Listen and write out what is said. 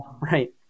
Right